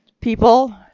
people